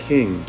King